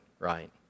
Right